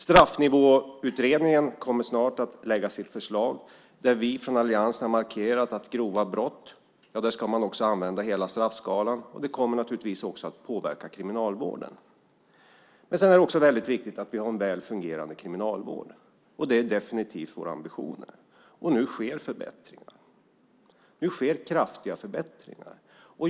Straffnivåutredningen kommer snart att lägga fram sitt förslag där vi från alliansen har markerat att man, när det gäller grova brott, ska använda hela straffskalan. Det kommer naturligtvis också att påverka kriminalvården. Sedan är det väldigt viktigt att vi har en väl fungerande kriminalvård. Det är definitivt våra ambitioner, och nu sker förbättringar. Nu sker kraftiga förbättringar.